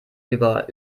über